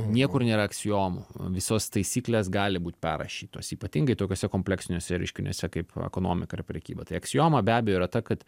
niekur nėra aksiomų visos taisyklės gali būt perrašytos ypatingai tokiuose kompleksiniuose reiškiniuose kaip ekonomika ir prekyba tai aksioma be abejo yra ta kad